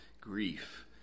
grief